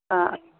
अह